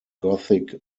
gothic